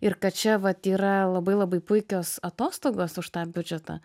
ir kad čia vat yra labai labai puikios atostogos už tą biudžetą